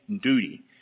duty